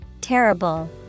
Terrible